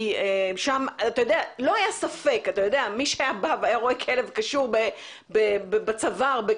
שם לא היה ספק כי רואים כלב קשור בצווארו.